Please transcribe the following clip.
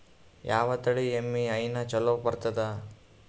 ಯಾವ ತಳಿ ಎಮ್ಮಿ ಹೈನ ಚಲೋ ಬರ್ತದ?